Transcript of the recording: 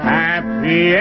happy